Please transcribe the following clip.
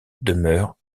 demeure